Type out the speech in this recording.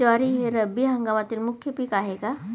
ज्वारी हे रब्बी हंगामातील मुख्य पीक आहे का?